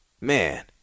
Man